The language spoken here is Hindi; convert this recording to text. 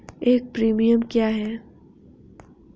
एक प्रीमियम क्या है?